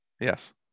Yes